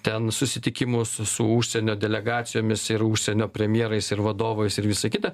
ten susitikimus su užsienio delegacijomis ir užsienio premjerais ir vadovais ir visa kita